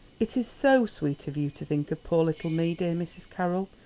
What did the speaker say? it is so sweet of you to think of poor little me, dear mrs. carroll,